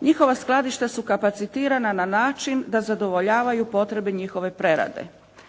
Njihova skladišta su kapacitirana na način da zadovoljavaju potrebe njihove prerade.